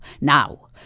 now